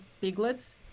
piglets